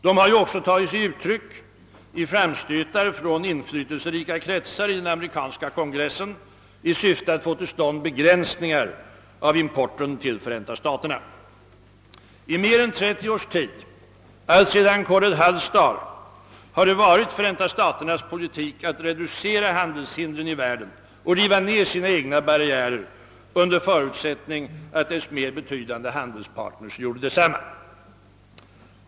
De har också tagit sig uttryck i framstötar från inflytelserika kretsar i den amerikanska kongressen i syfte att få till stånd begränsningar av importen till Förenta staterna. I mer än 30 års tid, alltsedan Cordell Hulls dagar, har det varit Förenta staternas politik att reducera handelshindren i världen och riva ned sina egna barriärer under förutsättning att deras mera betydande handelspartners gjorde detsamma.